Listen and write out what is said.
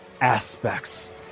aspects